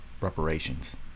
reparations